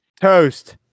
Toast